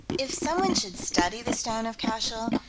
if someone should study the stone of cashel,